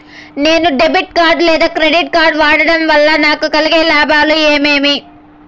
నేను debit card లేదా credit card వాడడం వల్ల నాకు కలిగే లాభాలు ఏమేమీ?